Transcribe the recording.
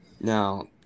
Now